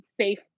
safe